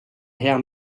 hea